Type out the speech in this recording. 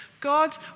God